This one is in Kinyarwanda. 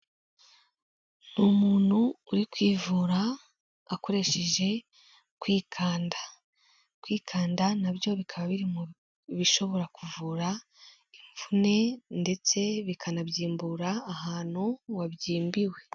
Umuntu uri kwivura akoresheje kwikanda. Kwikanda nabyo bikaba biri mu bishobora kuvura imvune ndetse bikanabyimbura ahantu wabyimbiwe.